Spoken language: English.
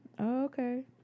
Okay